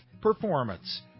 Performance